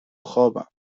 خوابم